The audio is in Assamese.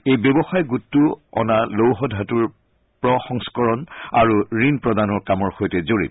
এই ব্যৱসায় গোটটো অনা লৌহ ধাতুৰ প্ৰসংস্কৰণ আৰু ঋণ প্ৰদান কামৰ সৈতে জড়িত